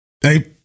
Hey